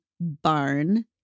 barn